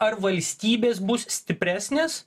ar valstybės bus stipresnės